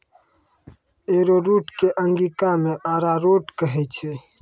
arrowroot कॅ अंगिका मॅ अरारोट कहै छै